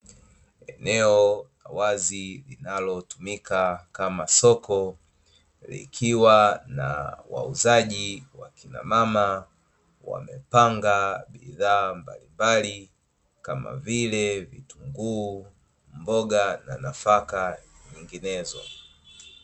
Eneo la wazi linalotumika kama soko likiwa na wauzaji wakina mama, wamepanga bidhaa mbalimbali kama vile vitunguu, mboga na nafaka nyinginezo.